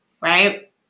Right